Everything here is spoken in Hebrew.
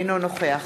אינו נוכח